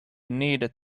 needed